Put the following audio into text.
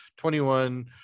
21